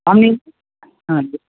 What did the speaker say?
আপনি হ্যাঁ